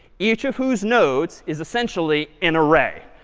each of whose nodes is essentially an array.